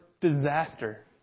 disaster